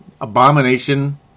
Abomination